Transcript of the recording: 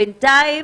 בינתיים,